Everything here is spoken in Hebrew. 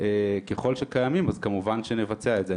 ככל שקיימים, אז כמובן שנבצע את זה.